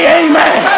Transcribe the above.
amen